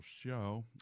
show